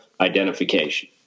identification